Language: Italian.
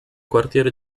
quartiere